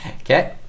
Okay